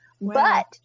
but-